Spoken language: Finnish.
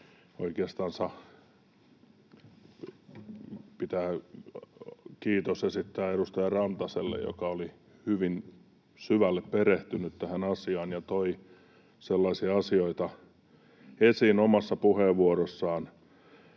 Oikeastaan pitää esittää kiitos edustaja Rantaselle, joka oli hyvin syvälle perehtynyt tähän asiaan ja toi esiin omassa puheenvuorossaan